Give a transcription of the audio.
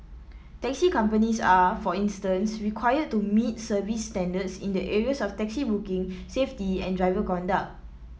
taxi companies are for instance required to meet service standards in the areas of taxi booking safety and driver conduct